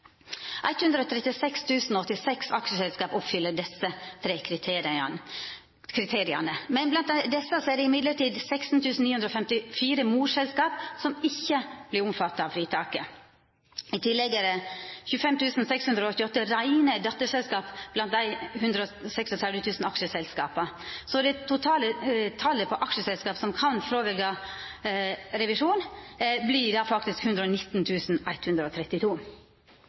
086 aksjeselskap oppfyller desse tre kriteria. Men blant desse er det 16 954 morselskap som ikkje vert omfatta av fritaket. I tillegg er det 25 688 reine dotterselskap blant dei 136 086 aksjeselskapa. Det totale talet på aksjeselskap som kan velja vekk revisjon, vert da 119 132. Lovforslaget medfører isolert sett ikkje revisjonsplikt for dotterselskap under terskelverdiane. Det